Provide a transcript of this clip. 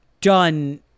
done